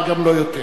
אבל גם לא יותר.